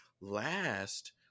Last